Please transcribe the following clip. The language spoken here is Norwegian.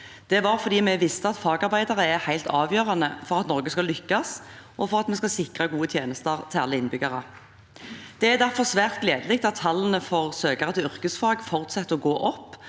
Det var fordi vi visste at fagarbeidere er helt avgjørende for at Norge skal lykkes, og for at vi skal sikre gode tjenester til alle innbyggere. Det er derfor svært gledelig at tallene for søkere til yrkesfag fortsetter å gå opp,